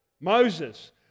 Moses